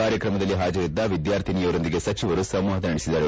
ಕಾರ್ಯಕ್ರಮದಲ್ಲಿ ಹಾಜರಿದ್ದ ವಿದ್ಯಾರ್ಥಿನಿಯರೊಂದಿಗೆ ಸಚಿವರು ಸಂವಾದ ನಡೆಸಿದರು